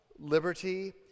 liberty